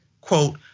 Quote